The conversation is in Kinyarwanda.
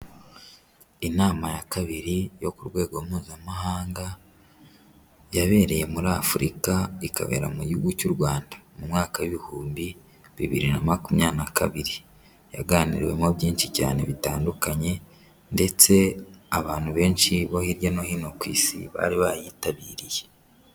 Inama ya kabiri yo ku rwego mpuzamahanga, yabereye muri Afurika ikabera mu gihugu cy'u Rwanda mu mwaka w'ibihumbi bibiri na makumyabiri na kabiri. Yaganiriwemo byinshi cyane bitandukanye ndetse abantu benshi bo hirya no hino ku isi bari bayitabiriye.